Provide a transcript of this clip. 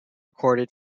recorded